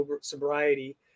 sobriety